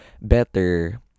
better